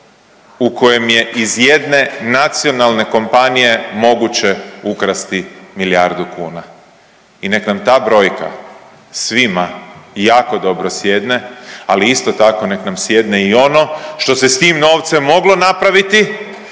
u kojem je iz jedne nacionalne kompanije moguće ukrasti milijardu kuna i nek nam ta brojka svima jako dobro sjedne, ali isto tako nek nam sjedne i ono što se s tim novcem moglo napraviti